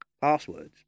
passwords